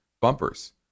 bumpers